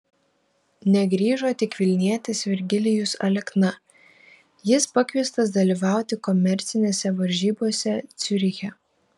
negrįžo tik vilnietis virgilijus alekna jis pakviestas dalyvauti komercinėse varžybose ciuriche